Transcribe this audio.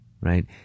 right